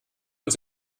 uns